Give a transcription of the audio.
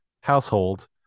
household